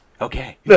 Okay